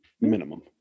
minimum